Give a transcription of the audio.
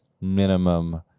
minimum